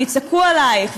ויצעקו עלייך,